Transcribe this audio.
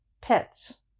Pets